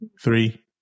Three